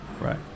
Right